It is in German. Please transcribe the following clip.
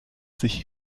sich